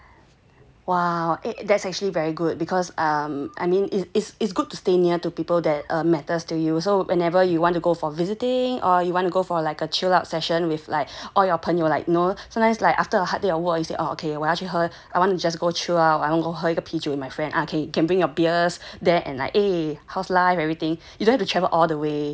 !wow! eh that's actually very good because um I mean it's it's it's good to stay near to people that err matters to you so whenever you want to go for visiting or you want to go for like a chill out session with like all your 朋友 like